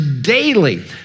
daily